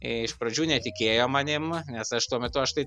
iš pradžių netikėjo manim nes aš tuo metu aš tai